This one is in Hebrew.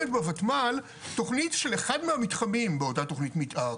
בוותמ"ל תכנית של אחד מהמתחמים באותה תכנית המתאר.